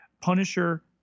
Punisher